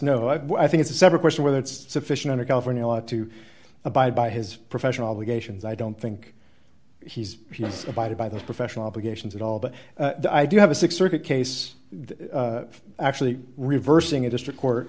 i i think it's a separate question whether it's sufficient under california law to abide by his professional obligations i don't think he's abided by the professional obligations at all but i do have a six circuit case actually reversing a district court